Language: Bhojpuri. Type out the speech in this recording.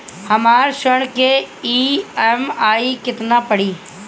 हमर ऋण के ई.एम.आई केतना पड़ी?